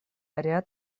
ряд